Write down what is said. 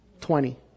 Twenty